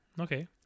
Okay